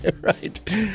Right